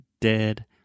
dead